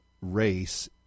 race